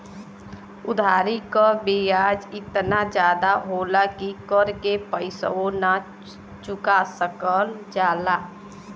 उधारी क बियाज एतना जादा होला कि कर के पइसवो ना चुका सकल जाला